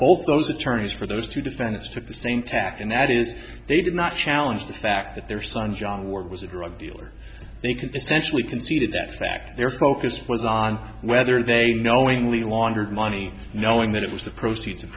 both those attorneys for those two defendants took the same tack and that is they did not challenge the fact that their son john ward was a drug dealer they could essentially conceded that fact their focus was on whether they knowingly laundered money knowing that it was the proceeds